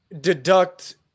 deduct –